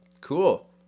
Cool